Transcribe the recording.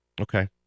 Okay